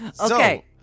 Okay